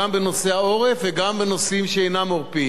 גם בנושא העורף וגם בנושאים שאינם עורפיים.